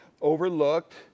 overlooked